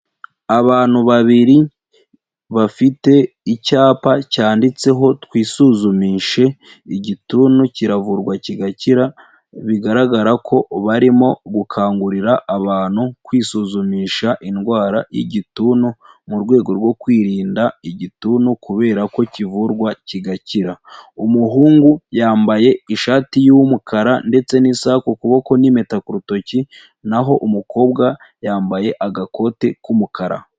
Abantu babiri bafite icyapa cyanditseho twisuzumishe igituntu kiravurwa kigakira bigaragara ko barimo gukangurira abantu kwisuzumisha indwara y'igituntu mu rwego rwo kwirinda igituntu kubera ko kivurwa kigakira, umuhungu yambaye ishati y'umukara ndetse n'isaha ku kuboko n'impeta ku rutoki naho umukobwa yambaye agakote k'umukara.